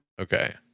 okay